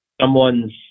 someone's